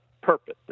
purpose